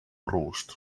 roost